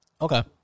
Okay